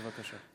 בבקשה.